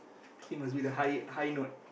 he must be the high high note